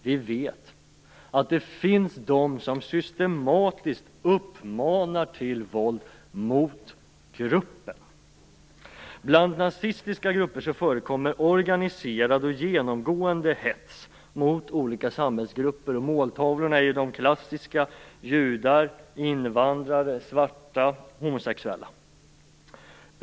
Vi vet att det finns de som systematiskt uppmanar till våld mot gruppen. Bland nazistiska grupper förekommer organiserad och genomgående hets mot olika samhällsgrupper. Måltavlorna är de klassiska: judar, invandrare, svarta och homosexuella.